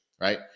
right